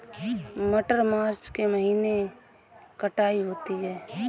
मटर मार्च के महीने कटाई होती है?